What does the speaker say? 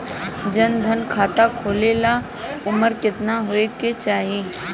जन धन खाता खोले ला उमर केतना होए के चाही?